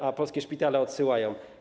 A polskie szpitale odsyłają.